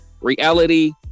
reality